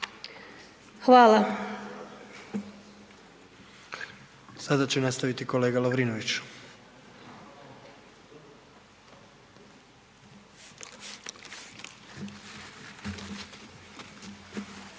(HDZ)** Sada će nastaviti kolega Lovrinović.